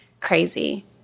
crazy